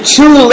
two